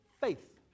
faith